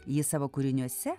jį savo kūriniuose